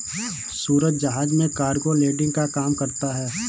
सूरज जहाज में cargo loading का काम करता है